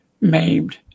maimed